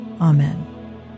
Amen